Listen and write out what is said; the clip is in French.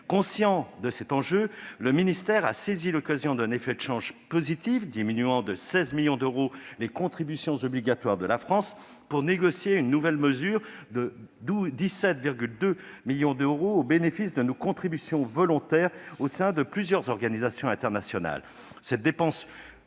et des affaires étrangères a saisi l'occasion d'un effet de change positif, qui diminuait de 16 millions d'euros les contributions obligatoires de la France, pour négocier une nouvelle mesure, de 17,2 millions d'euros, au bénéfice de nos contributions volontaires au sein de plusieurs organisations internationales.